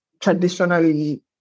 traditionally